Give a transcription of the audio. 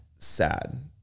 sad